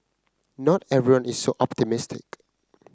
not everyone is so optimistic